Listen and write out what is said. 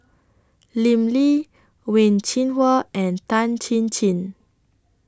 Lim Lee Wen Jinhua and Tan Chin Chin